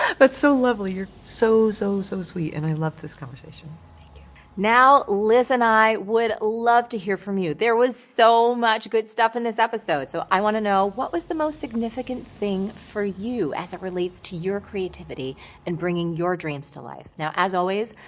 but so lovely. you're so, so, so sweet and i love this conversation. thank you. now liz and i would love to hear from you. there was so much good stuff in this episode, so i want to know what was the most significant thing for you as it relates to your creativity and bringing your dreams to life? now, as always,